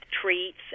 treats